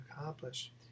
accomplished